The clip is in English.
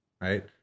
right